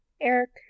eric